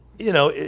you know,